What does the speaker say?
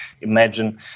imagine